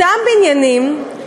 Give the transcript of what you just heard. אותם בניינים,